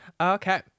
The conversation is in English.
Okay